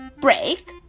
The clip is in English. break